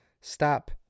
Stop